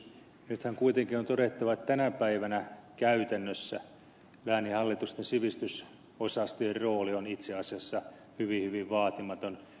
nythän kuitenkin on todettava että tänä päivänä käytännössä lääninhallitusten sivistysosastojen rooli on itse asiassa hyvin hyvin vaatimaton